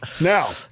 Now